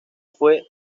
fue